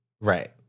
Right